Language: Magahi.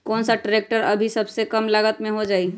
कौन सा ट्रैक्टर अभी सबसे कम लागत में हो जाइ?